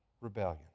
rebellion